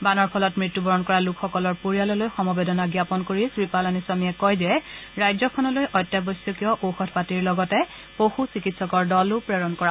বানৰ ফলত মৃত্যুবৰণ কৰা লোকসকলৰ পৰিয়াললৈ সমবেদনা জাপন কৰি শ্ৰীপালানীস্বামীয়ে কয় যে ৰাজ্যখনলৈ অত্যাৱশ্যকীয় ঔষধ পাতিৰ লগতে পশু চিকিৎসকৰ দলো প্ৰেৰণ কৰা হ'ব